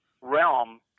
realm